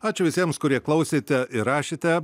ačiū visiems kurie klausėte ir rašėte